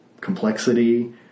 complexity